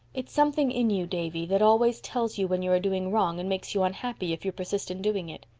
it's something in you, davy, that always tells you when you are doing wrong and makes you unhappy if you persist in doing it.